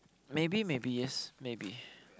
maybe maybe yes maybe